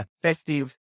effective